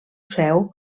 seu